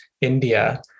India